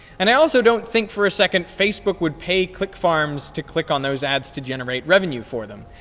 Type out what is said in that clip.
and i also don't think for a second facebook would pay click-farms to click on those ads to generate revenue for them,